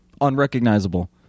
unrecognizable